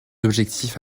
objectifs